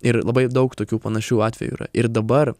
ir labai daug tokių panašių atvejų yra ir dabar